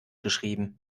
geschrieben